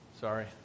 Sorry